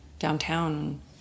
downtown